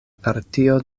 partio